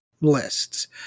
lists